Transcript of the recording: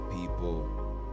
people